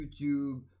YouTube